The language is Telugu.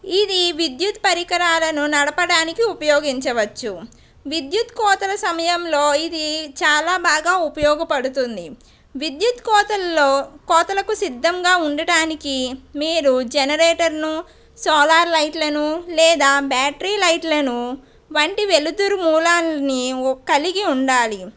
ఇది విద్యుత్ పరికరాలను నడపడానికి ఉపయోగించవచ్చు విద్యుత్ కోతల సమయంలో ఇది చాలా బాగా ఉపయోగపడుతుంది విద్యుత్ కోతులలో కోతలకు సిద్ధంగా ఉండటానికి మీరు జనరేటర్ను సోలార్ లైట్లను లేదా బ్యాటరీ లైట్లను వంటి వెలుతురు మూలాలని కలిగి ఉండాలి